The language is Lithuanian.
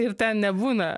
ir ten nebūna